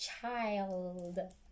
child